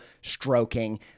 stroking